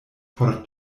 por